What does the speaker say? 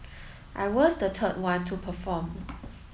I was the third one to perform